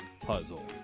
puzzle